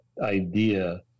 idea